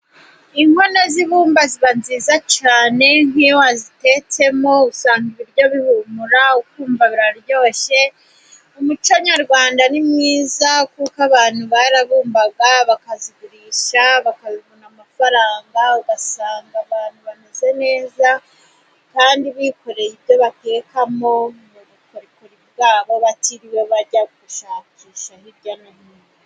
Inkono z'ibumba ziba nziza cyane nk'iyo wazitetsemo, usanga ibiryo bihumura ukumva biraryoshye, umuco nyarwanda ni mwiza kuko abantu barabumbaga bakazigurisha bakabona amafaranga, ugasanga abantu bameze neza kandi bikoreye ibyo batekamo mu bukorikori bwabo, batiriwe bajya gushakisha hirya no hino.